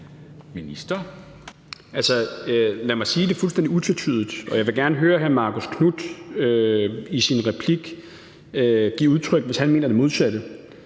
Lad mig sige det fuldstændig utvetydigt – og jeg vil gerne høre hr. Marcus Knuth i sin replik give udtryk for det, hvis han mener det modsatte